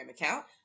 account